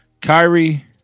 kyrie